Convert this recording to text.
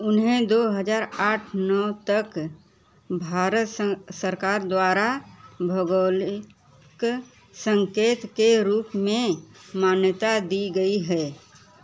उन्हें दो हज़ार आठ नौ तक भारत सरकार द्वारा भौगोलिक संकेत के रूप में मान्यता दी गई है